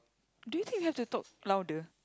do you think we have to talk louder